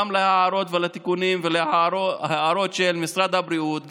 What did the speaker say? גם להערות ולתיקונים ולהארות של משרד הבריאות,